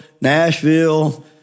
Nashville